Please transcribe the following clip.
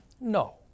No